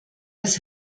als